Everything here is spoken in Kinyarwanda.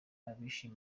abishe